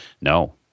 No